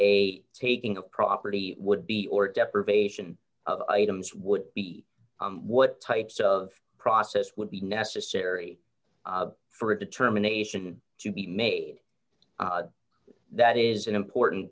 a taking a property would be or deprivation of items would be what types of process would be necessary for a determination to be made that is an important